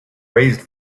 raised